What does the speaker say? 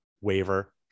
waiver